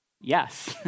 Yes